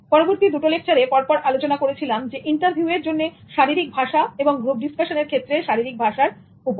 পরবর্তী দুটো লেকচারে পরপর আলোচনা করেছিলাম ইন্টারভিউয়ের জন্য শারীরিক ভাষা এবং গ্রুপ ডিসকাশন এর ক্ষেত্রে শারীরিক ভাষার উপর